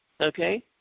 okay